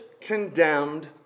condemned